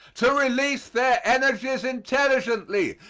to release their energies intelligently,